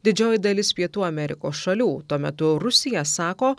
didžioji dalis pietų amerikos šalių tuo metu rusija sako